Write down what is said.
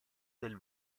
del